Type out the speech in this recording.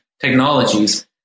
technologies